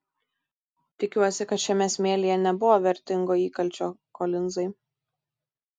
tikiuosi kad šiame smėlyje nebuvo vertingo įkalčio kolinzai